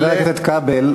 חבר הכנסת כבל.